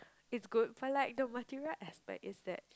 is good but like the material I expect is that